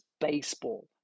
baseball